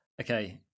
okay